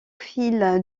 fil